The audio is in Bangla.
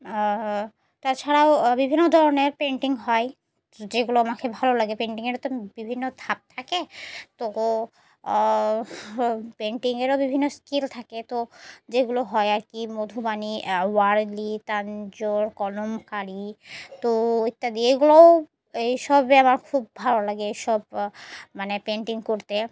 তাছাড়াও বিভিন্ন ধরনের পেন্টিং হয় যেগুলো আমাকে ভালো লাগে পেন্টিংয়েরও তো বিভিন্ন থাপ থাকে তো পেন্টিংয়েরও বিভিন্ন স্কিল থাকে তো যেগুলো হয় আর কি মধুবাণী ওয়ার্লি তাঞ্জল কলমকারি তো ইত্যাদি এগুলোও এই সবে আমার খুব ভালো লাগে এইসব মানে পেন্টিং করতে